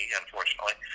unfortunately